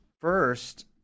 first